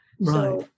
Right